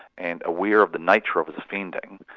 and aware of the nature of his offending,